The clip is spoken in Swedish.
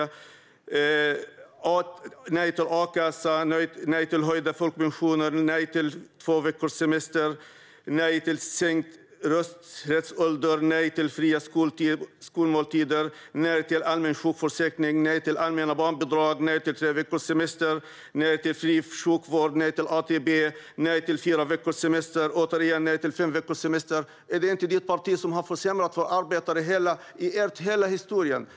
Ni har röstat nej till akassa, nej till höjda folkpensioner, nej till två veckors semester, nej till sänkt rösträttsålder, nej till fria skolmåltider, nej till allmän sjukförsäkring, nej till allmänna barnbidrag, nej till tre veckors sememester, nej till fri sjukvård, nej till ATP, nej till fyra veckors semester och nej till fem veckors semester. Är det inte ditt parti som har försämrat för arbetare genom hela historien?